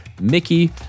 Mickey